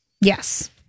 Yes